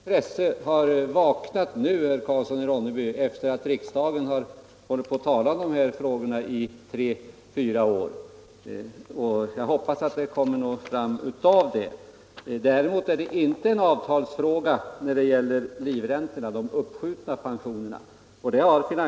Fru talman! Avtalsverkets intresse har vaknat nu, herr Karlsson i Ronneby, sedan riksdagen har hållit på att tala om de här frågorna i tre eller fyra år, och jag hoppas att det kommer fram någonting av det. Livräntorna, de uppskjutna pensionerna, är inte en avtalsfråga.